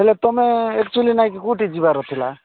ହେଲେ ତୁମେ ଏକଚୁଆଲି ନାଇଁକି କୋଉଠି ଯିବାର ଥିଲା